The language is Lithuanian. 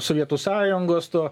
sovietų sąjungos tuo